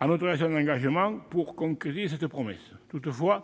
-en autorisations d'engagement pour concrétiser cette promesse. Toutefois,